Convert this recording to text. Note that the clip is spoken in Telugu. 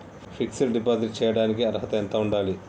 ఫిక్స్ డ్ డిపాజిట్ చేయటానికి అర్హత ఎంత ఉండాలి?